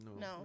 No